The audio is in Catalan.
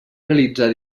realitzar